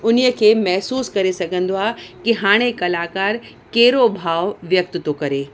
उन्हीअ खे महिसूसु करे सघंदो आहे कि हाणे कलाकारु कहिड़ो भाव व्यक्त थो करे